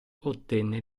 ottenne